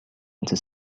into